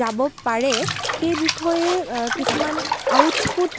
যাব পাৰে সেই বিষয়ে কিছুমান আউটপুট